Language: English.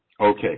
Okay